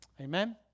Amen